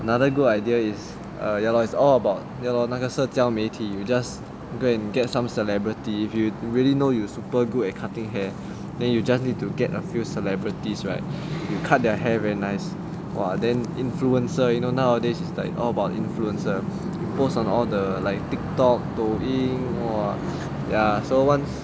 another good idea is a ya lor it's all about ya lor 那个社交媒体 you just go and get some celebrity if you really know you super good at cutting hair then you just need to get a few celebrities right you cut their hair very nice !wow! then influencer you know nowadays is like all about influence post on all the tiktok 抖音 ya so once